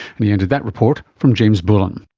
and he ended that report from james bullen